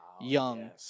young